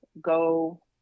go